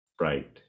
right